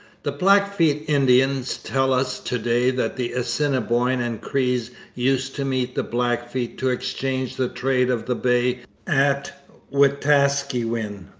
the blackfeet indians tell us to-day that the assiniboines and crees used to meet the blackfeet to exchange the trade of the bay at wetaskiwin,